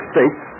States